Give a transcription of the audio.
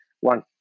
one